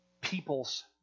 Peoples